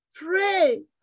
Pray